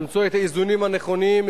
למצוא את האיזונים הנכונים,